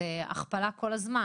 זו הכפלה כל הזמן.